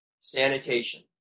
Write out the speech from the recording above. Sanitation